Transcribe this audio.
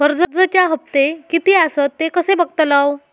कर्जच्या हप्ते किती आसत ते कसे बगतलव?